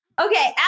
Okay